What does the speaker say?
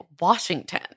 washington